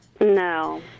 No